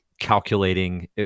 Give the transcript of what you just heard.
calculating